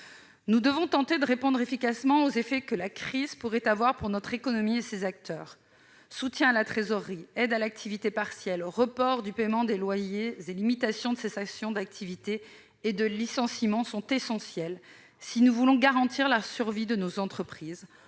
Nous devons tenter de remédier efficacement aux effets que la crise pourrait avoir sur notre économie et ses acteurs. Soutien à la trésorerie, aide à l'activité partielle, report du paiement des loyers et limitation des cessations d'activité et des licenciements sont essentiels si nous voulons garantir la survie de nos entreprises,